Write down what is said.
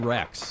Rex